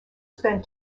spent